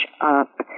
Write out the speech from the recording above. up